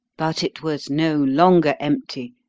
but it was no longer empty,